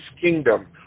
kingdom